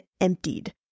emptied